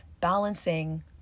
balancing